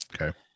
Okay